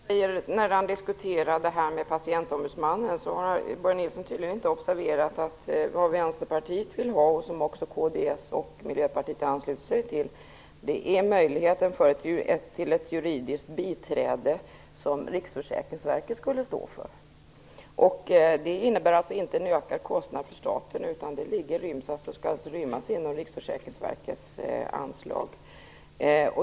Herr talman! När Börje Nilsson diskuterar det här med patientombudsmannen har han tydligen inte observerat att det Vänsterpartiet vill ha - och det har också kds och Miljöpartiet anslutit sig till - är möjligheten att få ett juridiskt biträde som Riksförsäkringsverket skulle stå för. Det innebär alltså inte en ökad kostnad för staten, utan det skall rymmas inom Riksförsäkringsverkets anslag.